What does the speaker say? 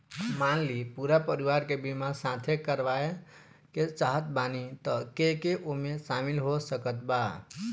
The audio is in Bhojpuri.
मान ली पूरा परिवार के बीमाँ साथे करवाए के चाहत बानी त के के ओमे शामिल हो सकत बा?